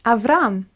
Avram